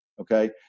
Okay